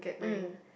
mm